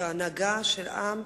כהנהגה של העם,